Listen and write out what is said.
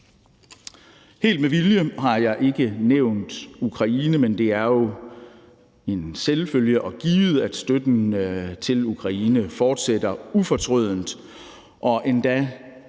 Helt med vilje har jeg ikke nævnt Ukraine, men det er jo en selvfølge og givet, at støtten til Ukraine fortsætter ufortrødent